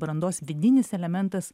brandos vidinis elementas